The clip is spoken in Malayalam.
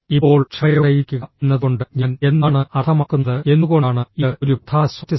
ഇപ്പോൾ ക്ഷമയോടെയിരിക്കുക എന്നതുകൊണ്ട് ഞാൻ എന്താണ് അർത്ഥമാക്കുന്നത് എന്തുകൊണ്ടാണ് ഇത് ഒരു പ്രധാന സോഫ്റ്റ് സ്കിൽ